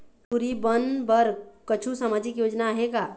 टूरी बन बर कछु सामाजिक योजना आहे का?